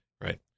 Right